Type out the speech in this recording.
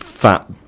fat